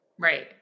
Right